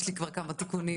יש לי כבר כמה תיקונים.